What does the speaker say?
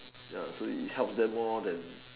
ya so it help them all then